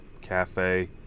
cafe